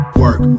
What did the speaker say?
work